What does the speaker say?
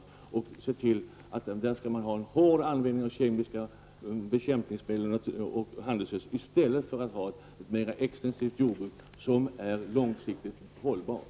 Man skall se till att hårt bevaka användningen av kemiska bekämpningsmedel och handelsgödsel och i stället bedriva ett mer extensivt jordbruk som är långsiktigt hållbart.